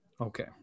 Okay